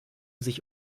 sich